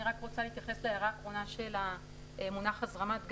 אני רוצה להתייחס למונח "הזרמת גז".